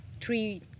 three